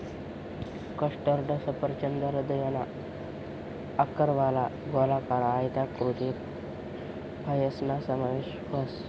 custard सफरचंद हृदयना आकारवाला, गोलाकार, आयताकृती फयसना समावेश व्हस